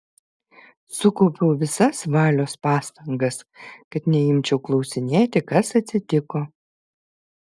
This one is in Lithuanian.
sukaupiau visas valios pastangas kad neimčiau klausinėti kas atsitiko